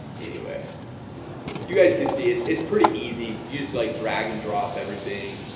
anyway you guys can see it's it's pretty easy you like drag and drop everything,